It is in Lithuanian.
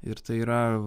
ir tai yra